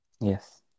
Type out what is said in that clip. Yes